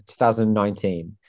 2019